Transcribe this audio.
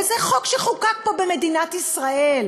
וזה חוק שחוקק פה, במדינת ישראל,